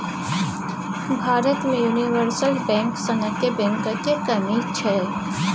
भारत मे universal bank सनक बैंकक कमी छै